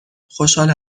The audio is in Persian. خوشحال